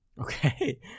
Okay